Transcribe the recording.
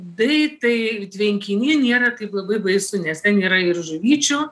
britai tvenkiny nėra taip labai baisu nes ten yra ir žuvyčių